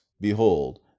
behold